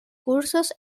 cursos